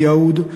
מיהוד,